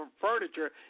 furniture